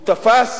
הוא תפס